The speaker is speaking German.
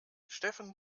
steffen